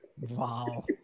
Wow